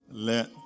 Let